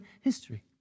history